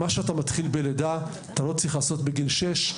מה שאתה מתחיל בגיל לידה אתה לא תצטרך לעשות בגיל שש,